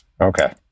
Okay